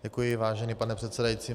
Děkuji, vážený pane předsedající.